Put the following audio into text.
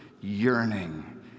yearning